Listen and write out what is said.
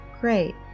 Great